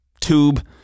tube